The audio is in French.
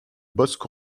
bosc